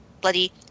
bloody